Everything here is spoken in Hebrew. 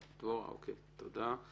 דבורה תודה.